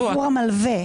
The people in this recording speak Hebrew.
עבור המלווה.